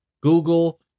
Google